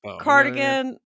cardigan